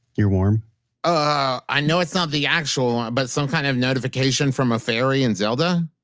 you're warm ah i know it's not the actual one, but some kind of notification from a fairy in zelda?